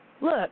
Look